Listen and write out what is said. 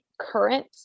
current